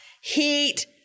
heat